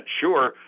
sure